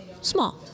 small